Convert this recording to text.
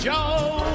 Joe